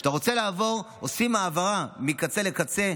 כשאתה רוצה לעבור עושים העברה מקצה לקצה,